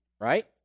right